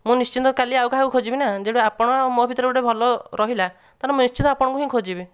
ମୁଁ ନିଶ୍ଚିନ୍ତ କାଲି ଆଉ କାହାକୁ ଖୋଜିବି ନା ଯେଣୁ ଆପଣ ଆଉ ମୋ ଭିତରେ ଗୋଟେ ଭଲ ରହିଲା ତାହେଲେ ମୁଁ ନିଶ୍ଚିତ ଆପଣଙ୍କୁ ହିଁ ଖୋଜିବି